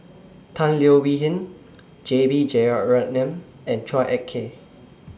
Tan Leo Wee Hin J B Jeyaretnam and Chua Ek Kay